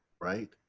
right